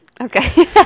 Okay